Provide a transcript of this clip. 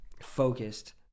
focused